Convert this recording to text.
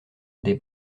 des